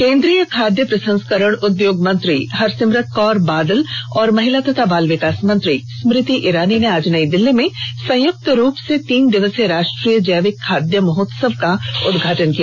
केंद्रीय खाद्य प्रसंस्करण उद्योग मंत्री हरसिमरत कौर बादल और महिला एवं बाल विकास मंत्री स्मृति ईरानी ने आज नई दिल्ली में संयुक्त रूप से तीन दिवसीय राष्ट्रीय जैविक खाद्य महोत्सव का उद्घाटन किया